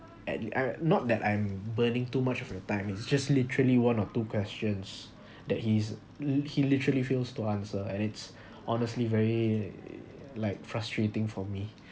and I'm not that I'm burning too much of your time is just literally one or two questions that he's he he literally fails to answer and it's honestly very like frustrating for me